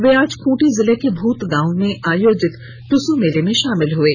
वे आज खूंटी जिले के भूत गांव में आयोजित दुसु मेले में शामिल हुये